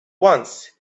once